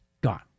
Gone